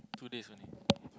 two days only